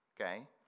okay